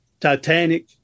Titanic